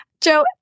Joe